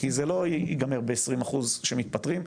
כי זה לא ייגמר ב-20% שמתפטרים,